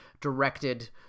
directed